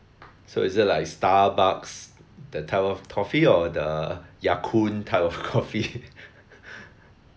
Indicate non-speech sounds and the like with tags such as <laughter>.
so is it like starbucks that type of coffee or the ya kun type of coffee <laughs>